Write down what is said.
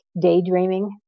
daydreaming